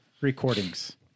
recordings